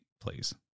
please